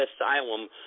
asylum